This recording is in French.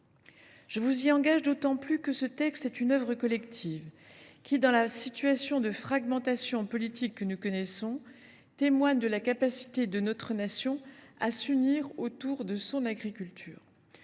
Je vous y engage d’autant plus que ce texte est une œuvre collective, qui témoigne, dans la situation de fragmentation politique que nous connaissons, de la capacité de notre nation à s’unir autour de son agriculture.